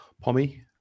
Pommy